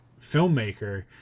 filmmaker